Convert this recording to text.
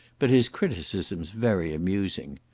but his criticisms very amusing.